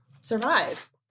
survive